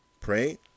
Pray